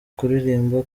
kuririmba